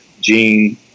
gene